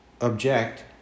object